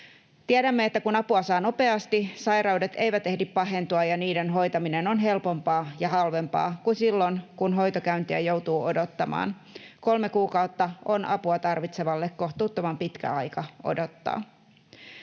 Tiedämme, että kun apua saa nopeasti, sairaudet eivät ehdi pahentua ja niiden hoitaminen on helpompaa ja halvempaa kuin silloin, kun hoitokäyntiä joutuu odottamaan. Kolme kuukautta on apua tarvitsevalle kohtuuttoman pitkä aika odottaa.